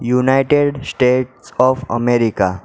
United States of America